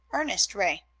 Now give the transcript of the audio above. ernest ray.